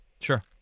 Sure